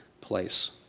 place